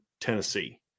Tennessee